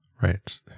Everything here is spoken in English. Right